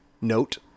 note